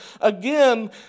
again